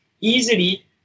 easily